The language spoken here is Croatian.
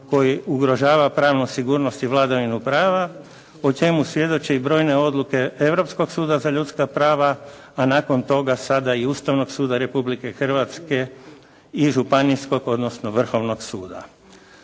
koji ugrožava pravnu sigurnost i vladavinu prava o čemu svjedoče i brojne odluke Europskog suda za ljudska prava, a nakon toga sada i Ustavnog suda Republike Hrvatske i Županijskog, odnosno Vrhovnog suda.